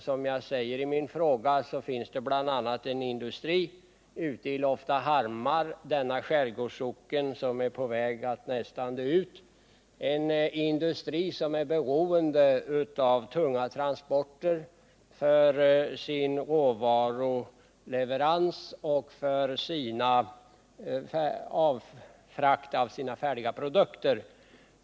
Som jag framhåller i min fråga finns det också en industri i Loftahammar — en skärgårdssocken som nästan är på väg att dö ut — en industri som är beroende av tunga transporter för sin råvaruleverans och för frakt av sina färdiga produkter.